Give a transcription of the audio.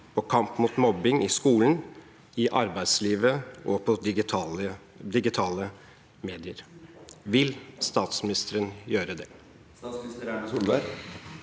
på kampen mot mobbing i skolen, i arbeidslivet og på digitale medier. Vil statsministeren gjøre det?